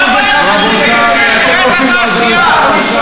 שניים בלבד: חוב תוצר וגירעון.